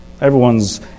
Everyone's